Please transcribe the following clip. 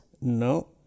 No